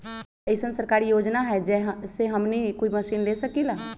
का कोई अइसन सरकारी योजना है जै से हमनी कोई मशीन ले सकीं ला?